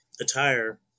attire